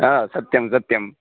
हा सत्यं सत्यं